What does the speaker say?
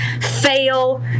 fail